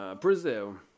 Brazil